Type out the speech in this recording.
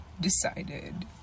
decided